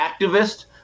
activist